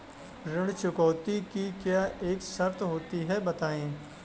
ऋण चुकौती की क्या क्या शर्तें होती हैं बताएँ?